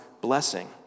blessing